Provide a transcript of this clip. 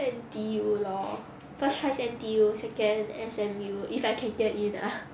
N_T_U lor first choice N_T_U second S_M_U if I can get in ah